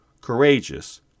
courageous